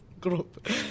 group